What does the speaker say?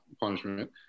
punishment